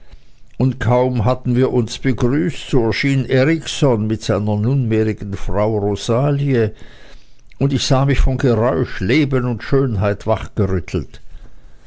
und kaum hatten wir uns begrüßt so erschien erikson mit seiner nunmehrigen frau rosalie und ich sah mich von geräusch leben und schönheit wachgerüttelt